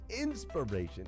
inspiration